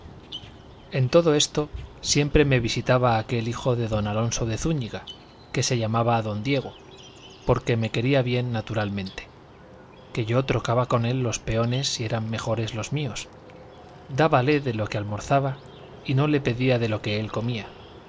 en todo esto siempre me visitaba aquel hijo de don alonso de zúñiga que se llamaba don diego porque me quería bien naturalmente que yo trocaba con él los peones si eran mejores los míos dábale de lo que almorzaba y no le pedía de lo que él comía